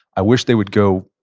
i wish they would go,